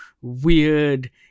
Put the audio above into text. weird